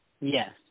yes